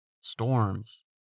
storms